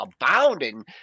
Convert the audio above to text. abounding